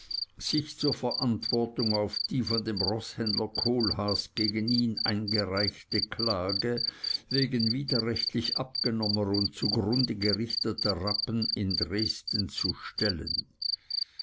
sich zur verantwortung auf die von dem roßhändler kohlhaas gegen ihn eingereichte klage wegen widerrechtlich abgenommener und zugrunde gerichteter rappen in dresden zu stellen